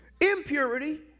Impurity